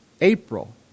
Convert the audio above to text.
April